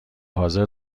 حاضر